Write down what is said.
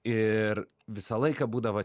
ir visą laiką būdavo